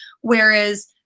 whereas